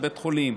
לבית חולים,